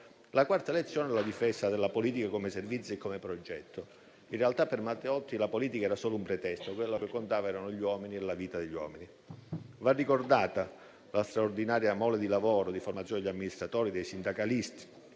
La quarta lezione è la difesa della politica come servizio e progetto. In realtà, per Matteotti la politica era solo un pretesto: quello che contava erano gli uomini e la loro vita. Va ricordata la straordinaria mole di lavoro di formazione degli amministratori e dei sindacalisti.